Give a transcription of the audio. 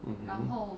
mmhmm